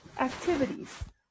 activities